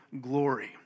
glory